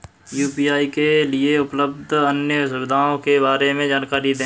UPI के लिए उपलब्ध अन्य सुविधाओं के बारे में जानकारी दें?